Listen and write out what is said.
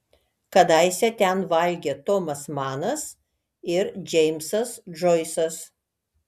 kadaise ten valgė tomas manas ir džeimsas džoisas